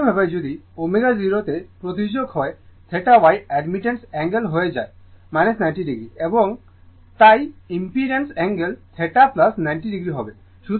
একইভাবে যদি ω 0 তে প্রতিঝোকঁ হয় θ Y অ্যাডমিটেন্সার অ্যাঙ্গেল হয়ে যায় 90o এবং তাই ইম্পিডেন্সের অ্যাঙ্গেল θ 90o হবে